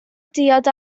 diod